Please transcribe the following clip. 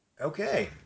Okay